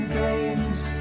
games